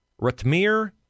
Ratmir